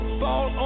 fall